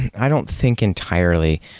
i don't think entirely.